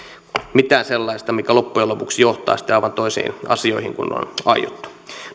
sellaista mikä loppujen lopuksi johtaa sitten aivan toisiin asioihin kuin on aiottu